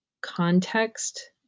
context